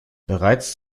bereits